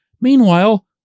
meanwhile